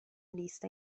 lista